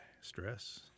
stress